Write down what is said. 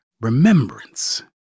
remembrance